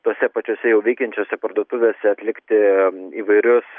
tose pačiose jau veikiančiose parduotuvėse atlikti įvairius